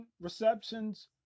receptions